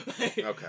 Okay